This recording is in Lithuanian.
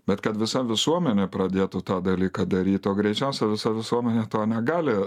bet kad visa visuomenė pradėtų tą dalyką daryt o greičiausia visa visuomenė to negali